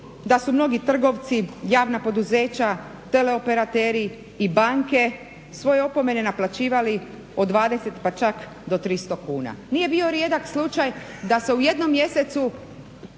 da su mnogi trgovci, javna poduzeća, tele operateri i banke svoje opomene naplaćivati od 20 pa čak do 300 kuna. Nije bio rijedak slučaj da se u jednom mjesecu